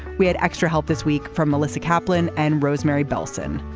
we had extra help this week from melissa kaplan and rosemary belson.